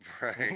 right